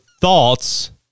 thoughts